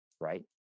right